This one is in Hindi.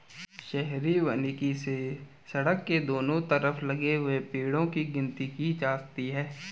शहरी वानिकी से सड़क के दोनों तरफ लगे हुए पेड़ो की गिनती की जाती है